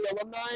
alumni